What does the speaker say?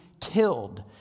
killed